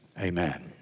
amen